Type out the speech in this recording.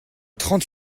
trente